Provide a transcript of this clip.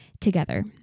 together